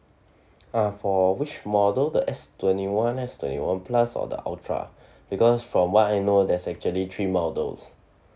uh for which model the S twenty one S twenty one plus or the ultra because from what I know there's actually three models